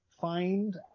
find